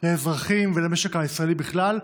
לאזרחים ולמשק הישראלי בכלל,